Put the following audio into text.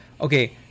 okay